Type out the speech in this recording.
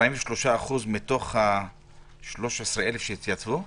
43% מתוך ה-13,000 שהתייצבו?